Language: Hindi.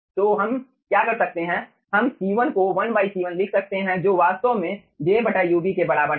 तो हम क्या कर सकते हैं हम C1 को 1 C1 लिख सकते हैं जो वास्तव में j ub के बराबर है